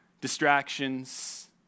distractions